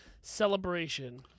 celebration